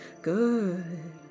good